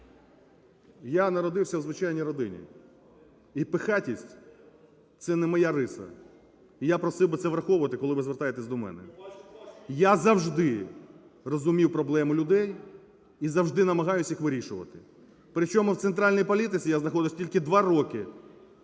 Я народився у звичайній родині і пихатість – це не моя риса. І я просив би це враховувати, коли ви звертаєтесь до мене. Я завжди розумів проблеми людей і завжди намагаюсь їх вирішувати, при чому в центральній політиці я знаходжусь тільки 2 роки,